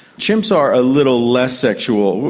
chimps are a little less sexual.